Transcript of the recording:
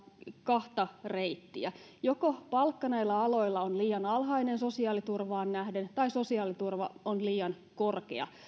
kahta reittiä joko palkka näillä aloilla on liian alhainen sosiaaliturvaan nähden tai sosiaaliturva on liian korkea